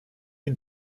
ihn